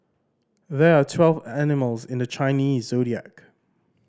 there are twelve animals in the Chinese Zodiac